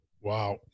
wow